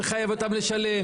נחייב אותם לשלם.